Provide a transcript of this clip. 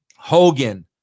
Hogan